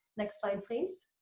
next slide please!